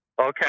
Okay